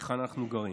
בין היכן שאנחנו גרים.